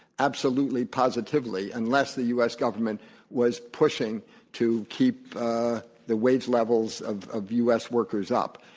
absolutely positively, unless the u. s. government was pushing to keep the wage levels of of u. s. workers up.